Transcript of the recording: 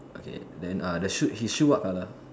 okay then uh the shoe his shoe what colour